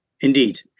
Indeed